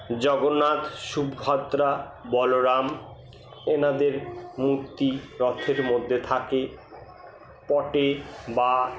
জগন্নাথ সুভদ্রা বলরাম ওনাদের মূর্তি রথের মধ্যে থাকে পটে বা